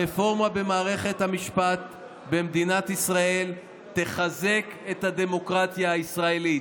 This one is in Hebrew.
הרפורמה במערכת המשפט במדינת ישראל תחזק את הדמוקרטיה הישראלית.